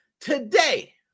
Today